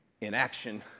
inaction